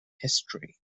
history